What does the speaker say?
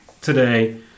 today